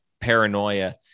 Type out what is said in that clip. paranoia